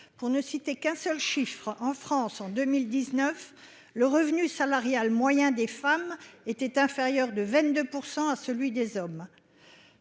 Pour ne citer qu'un seul chiffre, en France, en 2019, le revenu salarial moyen des femmes était inférieur de 22 % à celui des hommes.